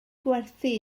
gwerthu